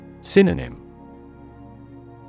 Synonym